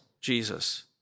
Jesus